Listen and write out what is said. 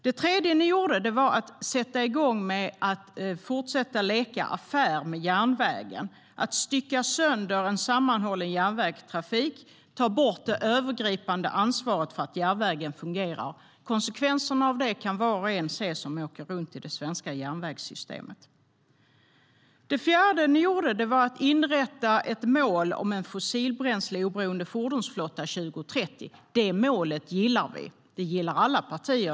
Det tredje ni gjorde var att fortsätta att leka affär med järnvägen, att stycka sönder en sammanhållen järnvägstrafik och ta bort det övergripande ansvaret för att järnvägen fungerar. Konsekvenserna av det kan var och en se som åker runt i det svenska järnvägssystemet. Det fjärde ni gjorde var att inrätta ett mål om en fossilbränsleoberoende fordonsflotta 2030. Det målet gillar vi och alla partier.